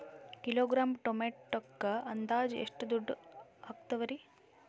Kilogram ಟೊಮೆಟೊಕ್ಕ ಅಂದಾಜ್ ಎಷ್ಟ ದುಡ್ಡ ಅಗತವರಿ?